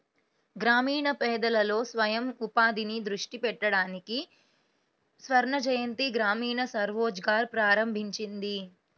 గ్రామీణ పేదలలో స్వయం ఉపాధిని దృష్టి పెట్టడానికి స్వర్ణజయంతి గ్రామీణ స్వరోజ్గార్ ప్రారంభించింది